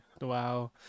Wow